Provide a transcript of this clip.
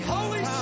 Holy